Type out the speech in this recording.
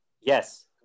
Yes